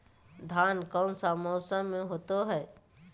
धान कौन सा मौसम में होते है?